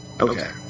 Okay